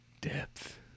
depth